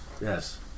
Yes